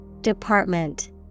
Department